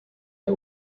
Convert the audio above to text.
der